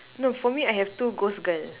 no for me I have two ghost girl